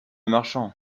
marchand